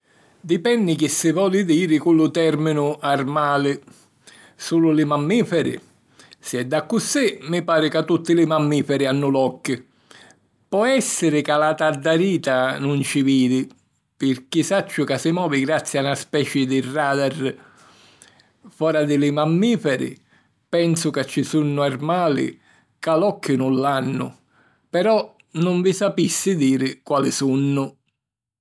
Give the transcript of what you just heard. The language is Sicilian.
Dipenni chi si voli diri cu lu tèrminu "armali". Sulu li mammìferi? Si è d'accussì, mi pari ca tutti li mammìferi hannu l'occhi. Po èssiri ca la taddarita nun ci vidi pirchì sacciu ca si movi grazi a na speci di ràdarri. Fora di li mammìferi, pensu ca ci sunnu armali ca l'occhi nun l'hannu. Però nun vi sapissi diri quali sunnu.